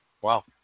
Wow